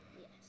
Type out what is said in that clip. Yes